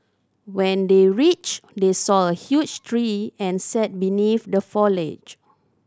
when they reached they saw a huge tree and sat beneath the foliage